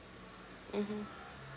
mmhmm